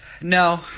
No